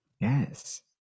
Yes